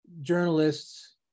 journalists